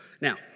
Now